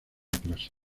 clase